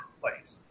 place